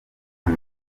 ayo